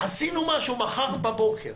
עשינו משהו מחר בבוקר.